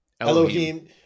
Elohim